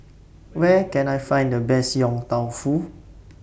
Where Can I Find The Best Yong Tau Foo